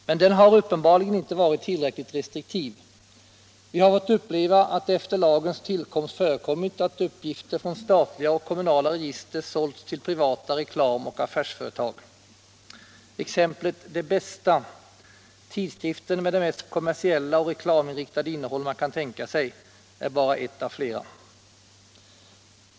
Men den har uppenbarligen inte varit tillräckligt restriktiv. Vi har fått uppleva att det efter lagens tillkomst förekommit att uppgifter från statliga och kommunala register sålts till privata reklamoch affärsföretag. Exemplet Det Bästa — tidskriften med det mest kommersiella och reklaminriktade innehåll man kan tänka sig — är bara ett av flera.